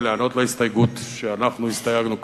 ולענות להסתייגות שאנחנו הסתייגנו כאן,